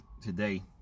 Today